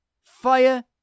fire